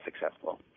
successful